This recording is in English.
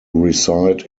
reside